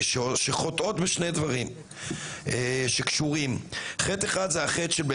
שחוטאות בשני דברים שקשורים: חטא אחד זה התקצוב,